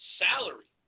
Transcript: salary